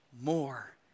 more